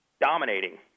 dominating